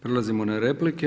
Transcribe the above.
Prelazimo na replike.